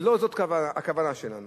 וזאת לא הכוונה שלנו.